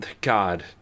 God